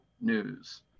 news